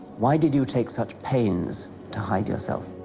why did you take such pains to hide yourself?